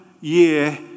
year